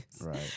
Right